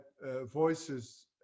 voices